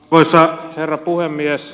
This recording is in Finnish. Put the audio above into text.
arvoisa herra puhemies